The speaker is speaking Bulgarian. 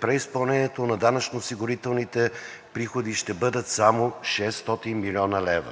преизпълнението на данъчно осигурителните приходи ще бъде само 600 млн. лв.